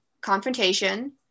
confrontation